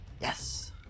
Yes